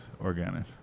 organic